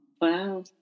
Wow